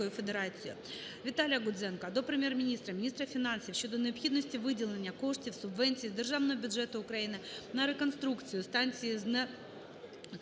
ВіталіяГудзенка до Прем'єр-міністра, міністра фінансів щодо необхідності виділення коштів (субвенції) з Державного бюджету України на реконструкцію станції